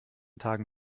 tagen